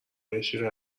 ارایشی